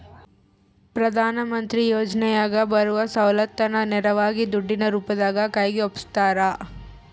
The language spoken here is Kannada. ಪ್ರಧಾನ ಮಂತ್ರಿ ಯೋಜನೆಯಾಗ ಬರುವ ಸೌಲತ್ತನ್ನ ನೇರವಾಗಿ ದುಡ್ಡಿನ ರೂಪದಾಗ ಕೈಗೆ ಒಪ್ಪಿಸ್ತಾರ?